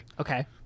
okay